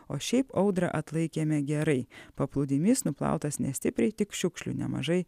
o šiaip audrą atlaikėme gerai paplūdimys nuplautas nestipriai tik šiukšlių nemažai